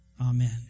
Amen